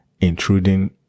intruding